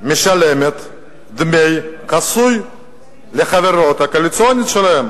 משלמת דמי חסות לחברות הקואליציוניות שלה.